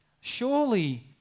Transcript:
Surely